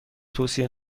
توصیه